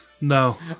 No